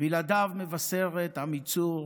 וילדיו מבשרת, עמיצור,